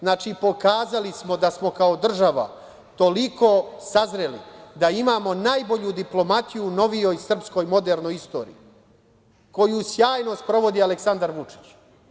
Znači, pokazali smo da smo kao država toliko sazreli da imamo najbolju diplomatiju u novijoj srpskoj modernoj istoriji, koju sjajno sprovodi Aleksandar Vučić.